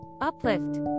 uplift